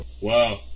Wow